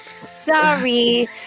sorry